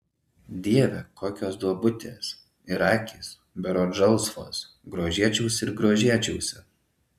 dieve kokios duobutės ir akys berods žalsvos grožėčiausi ir grožėčiausi